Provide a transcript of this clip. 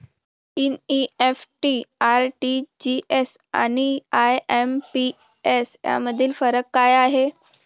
NEFT, RTGS आणि IMPS यामधील फरक काय आहे?